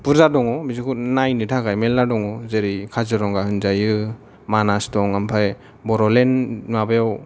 बुर्जा दङ बिदिखौ नायनो थाखाय मेरला दं जेरै काजिरङा होनजायो मानास दं ओमफ्राय बड'लेण्ड माबायाव